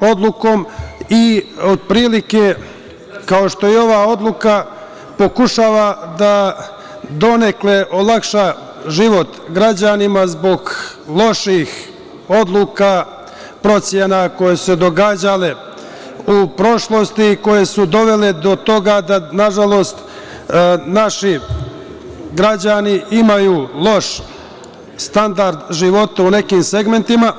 odlukom i otprilike, kao što i ova odluka pokušava da donekle olakša život građanima zbog loših odluka, procena koje su se događale u prošlosti i koje su dovele do toga da, nažalost, naši građani imaju loš standard života u nekim segmentima.